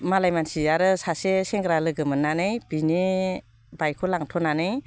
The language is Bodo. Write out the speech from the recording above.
मालाय मानसि आरो सासे सेंग्रा लोगो मोन्नानै बिनि बाइकखौ लांथ'नानै